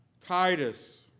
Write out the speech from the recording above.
Titus